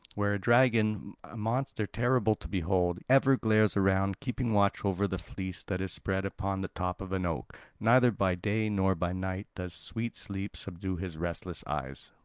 where a dragon, a monster terrible to behold, ever glares around, keeping watch over the fleece that is spread upon the top of an oak neither by day nor by night does sweet sleep subdue his restless eyes.